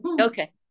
Okay